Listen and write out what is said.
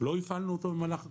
לא הפעלנו אותה במהלך הקורונה,